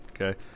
Okay